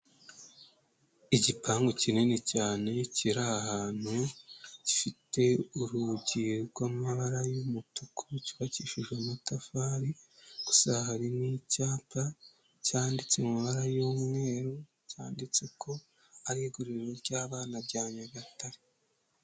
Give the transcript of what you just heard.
Igipangu kinini cyane kiri ahantu, gifite urugi rw'amabara y'umutuku cyubakishije amatafari, gusa hari n'icyapa cyanditse mu mabara y'umweru cyanditse ko ari igororero ry'abana rya Nyagatare.